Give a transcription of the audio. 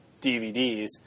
DVDs